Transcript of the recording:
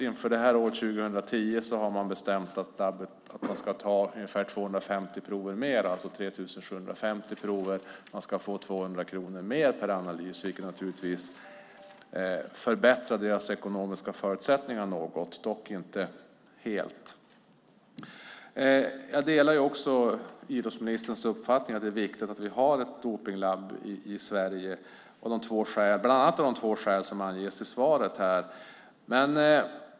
Inför 2010 har man bestämt att labbet ska ta ungefär 250 fler prov, det vill säga 3 750 prov. Man ska få 200 kronor mer per analys vilket naturligtvis förbättrar de ekonomiska förutsättningarna något. Jag delar idrottsministerns uppfattning att det är viktigt att vi har ett dopningslabb i Sverige bland annat av de två skäl som anges i svaret.